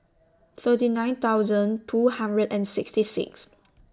thirty nine thousand two hundred and sixty six